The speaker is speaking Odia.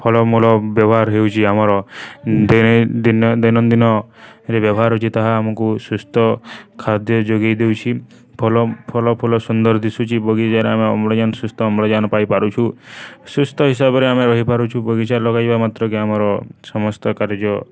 ଫଲମୂଲ ବ୍ୟବହାର ହେଉଛି ଆମର ଦିନ ଦୈନନ୍ଦିନରେ ବ୍ୟବହାର ହେଉଛି ତାହା ଆମକୁ ସୁସ୍ଥ ଖାଦ୍ୟ ଯୋଗେଇ ଦେଉଛି ଫଲ ଫଲ ଫଲ ସୁନ୍ଦର ଦିଶୁଚି ବଗିଚାରେ ଆମେ ଅମ୍ଳଜାନ ସୁସ୍ଥ ଅମ୍ଳଜାନ ପାଇପାରୁଛୁ ସୁସ୍ଥ ହିସାବରେ ଆମେ ରହିପାରୁଛୁ ବଗିଚା ଲଗାଇବା ମାତ୍ରକେ ଆମର ସମସ୍ତ କାର୍ଯ୍ୟ